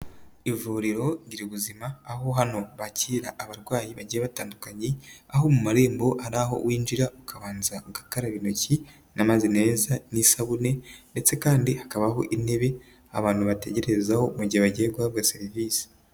Ivuriro Gira ubuzima aho hano bakira abarwayi bagiye batandukanye aho mu marembo hari aho winjira ukabanza ugakaraba intoki n'amazi meza n'isabune ndetse kandi hakabaho intebe abantu bategerezaho mu gihe bagiye guhabwa serivise.